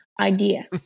idea